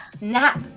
Nap